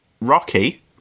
Rocky